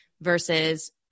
versus